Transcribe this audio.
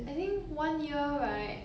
I think one year right